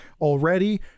already